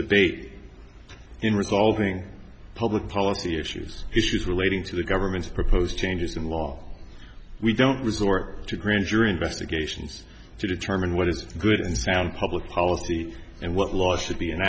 debate in resolving public policy issues issues relating to the government's proposed changes in law we don't resort to grand jury investigations to determine what is good and sound public policy and what laws should be